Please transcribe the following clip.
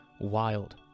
Wild